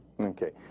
Okay